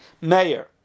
mayor